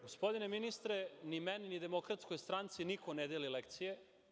Gospodine ministre, ni meni ni Demokratskoj stranci niko ne deli lekcije.